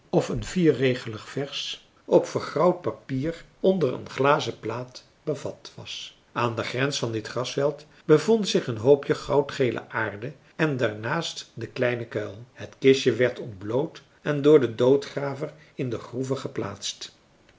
of een vierregelig vers op vergrauwd papier onder een glazen plaat bevat was aan de grens van dit grasveld bevond zich een hoopje goudgele aarde en daarnaast de kleine kuil het kistje werd ontbloot en door den doodgraver in de groeve geplaatst